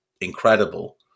incredible